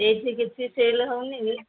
ଏଇଠି କିଛି ସେଲ୍ ହେଉନି ଯେ